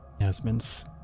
Yasmin's